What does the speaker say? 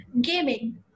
gaming